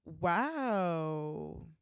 wow